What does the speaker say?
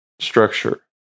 structure